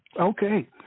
okay